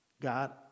God